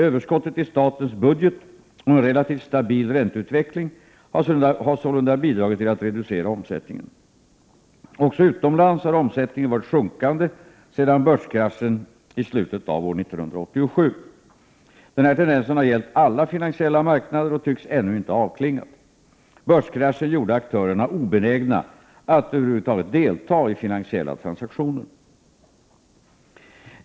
Överskottet i statens budget och en relativt stabil ränteutveckling har sålunda bidragit till att reducera omsättningen. Också utomlands har omsättningen varit sjunkande efter börskraschen i slutet av 1987. Denna tendens har gällt alla finansiella marknader och tycks ännu inte ha avklingat. Börskraschen gjorde aktörerna obenägna att över huvud taget delta i finansiella transaktioner.